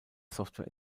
software